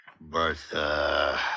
Bertha